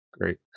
Great